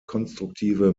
konstruktive